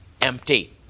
empty